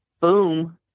Boom